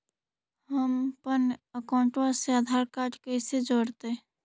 हमपन अकाउँटवा से आधार कार्ड से कइसे जोडैतै?